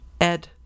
Ed